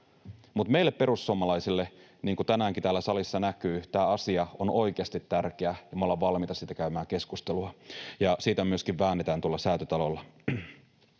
Mutta meille perussuomalaisille, niin kuin tänäänkin täällä salissa näkyy, tämä asia on oikeasti tärkeä, ja me ollaan valmiita siitä käymään keskustelua, ja siitä väännetään myöskin tuolla Säätytalolla.